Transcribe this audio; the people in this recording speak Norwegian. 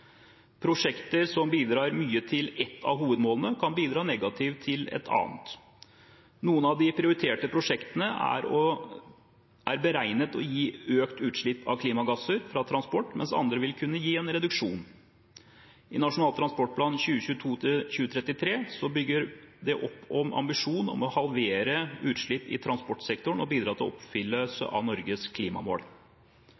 Prosjekter som bidrar mye til ett av hovedmålene, kan bidra negativt til et annet. Noen av de prioriterte prosjektene er beregnet å gi økt utslipp av klimagasser fra transport, mens andre vil kunne gi en reduksjon. I Nasjonal transportplan 2022–2033 bygges det opp om en ambisjon om å halvere utslipp i transportsektoren og bidra til